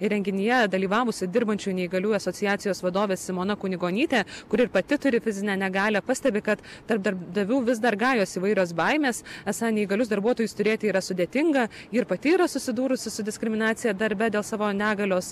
ir renginyje dalyvavusių dirbančiųjų neįgaliųjų asociacijos vadovė simona kunigonytė kuri ir pati turi fizinę negalią pastebi kad tarp darbdavių vis dar gajos įvairios baimės esą neįgalius darbuotojus turėti yra sudėtinga ji ir pati yra susidūrusi su diskriminacija darbe dėl savo negalios